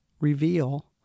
reveal